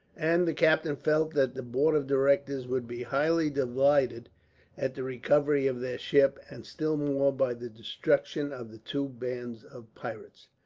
and the captain felt that the board of directors would be highly delighted at the recovery of their ship, and still more by the destruction of the two bands of pirates.